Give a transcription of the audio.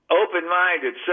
open-minded